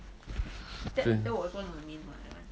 then